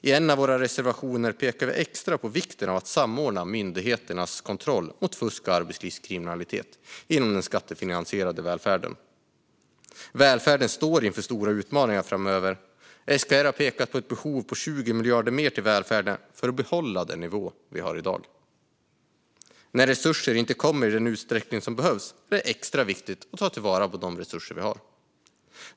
I en av våra reservationer pekar vi extra på vikten av att samordna myndigheternas kontroll mot fusk och arbetskriminalitet inom skattefinansierad välfärd. Välfärden står inför stora utmaningar framöver. SKR har pekat på ett behov av 20 miljarder mer till välfärden för att behålla den nivå vi har i dag. När resurser inte kommer i den utsträckning som behövs är det extra viktigt att vi tar till vara de resurser vi har.